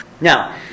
Now